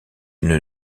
une